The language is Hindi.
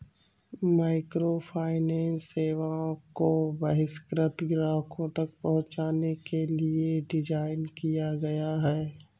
माइक्रोफाइनेंस सेवाओं को बहिष्कृत ग्राहकों तक पहुंचने के लिए डिज़ाइन किया गया है